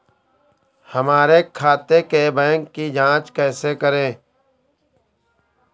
हमारे खाते के बैंक की जाँच कैसे करें?